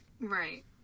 Right